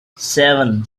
seven